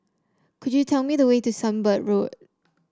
could you tell me the way to Sunbird Road